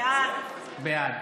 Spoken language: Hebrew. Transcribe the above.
בעד